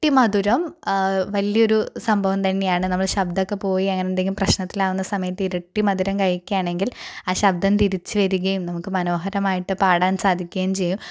മധുരം വലിയ ഒരു സംഭവം തന്നെയാണ് നമ്മൾ ശബ്ദമൊക്കെ പോയി അങ്ങനെ എന്തെങ്കിലും പ്രശ്നത്തിൽ ആവുന്ന സമയത്ത് ഇരട്ടി മധുരം കഴിക്കുകയാണെങ്കിൽ ആ ശബ്ദം തിരിച്ചു വരികയും നമുക്ക് മനോഹരമായിട്ട് പാടാൻ സാധിക്കുകയും ചെയ്യും